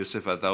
יוסף עטאונה,